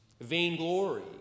Vainglory